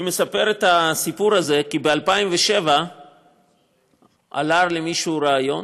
אני מספר את הסיפור הזה כי ב-2007 עלה למישהו רעיון,